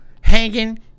Hanging